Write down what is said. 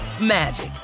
magic